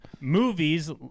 Movies